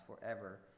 forever